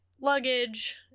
luggage